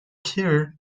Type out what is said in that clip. cure